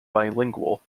bilingual